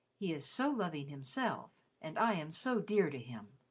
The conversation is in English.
he is so loving himself, and i am so dear to him!